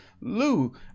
Lou